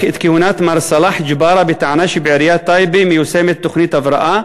את כהונת מר סלאח ג'בארה בטענה שבעיריית טייבה מיושמת תוכנית הבראה